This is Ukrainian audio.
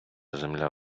земля